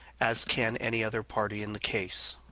as can any other party in the case.